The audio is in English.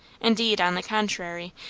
indeed on the contrary,